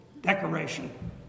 decoration